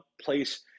place